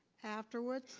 afterwards,